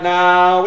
now